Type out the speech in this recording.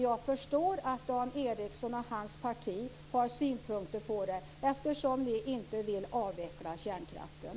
Jag förstår att Dan Ericsson och hans parti har synpunkter på det, eftersom de inte vill avveckla kärnkraften.